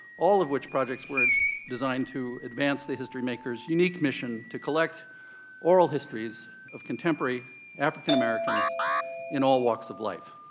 all of which projects were designed to advance the historymakers' unique mission to collect oral histories of contemporary african-americans in all walks of life.